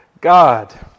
God